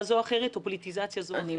זו או אחרת או פוליטיזציה זו או אחרת.